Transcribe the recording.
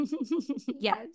yes